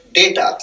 data